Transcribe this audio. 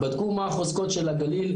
בדקו מה החוזקות של הגליל.